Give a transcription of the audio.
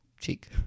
cheek